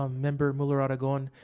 ah member muller-aragon,